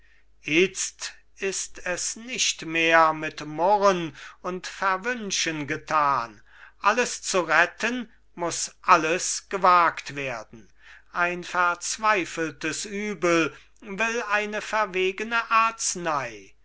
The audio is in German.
itzt ist es nicht mehr mit murren und verwünschen getan alles zu retten muß alles gewagt werden ein verzweifeltes übel will eine verwegene arznei